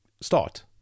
start